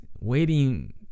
waiting